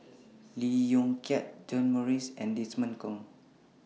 Lee Yong Kiat John Morrice and Desmond Kon